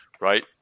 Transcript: right